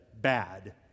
bad